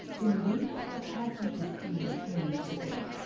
in a week a passenger-steamer came into the bay.